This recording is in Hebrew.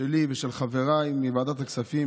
שלי ושל חבריי מוועדת הכספים,